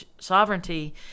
sovereignty